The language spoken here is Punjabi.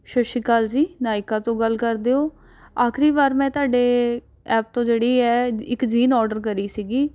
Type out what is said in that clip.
ਸਤਿ ਸ਼੍ਰੀ ਅਕਾਲ ਜੀ ਨਾਇਕਾ ਤੋਂ ਗੱਲ ਕਰਦੇ ਹੋ ਆਖਰੀ ਵਾਰ ਮੈਂ ਤੁਹਾਡੇ ਐਪ ਤੋਂ ਜਿਹੜੀ ਹੈ ਇੱਕ ਜੀਨ ਔਡਰ ਕਰੀ ਸੀ